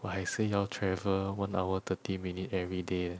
我还是要 travel one hour thirty minute everyday eh